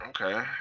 okay